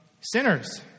sinners